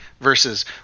versus